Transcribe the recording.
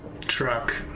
truck